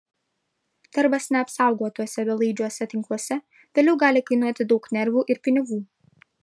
darbas neapsaugotuose belaidžiuose tinkluose vėliau gali kainuoti daug nervų ir pinigų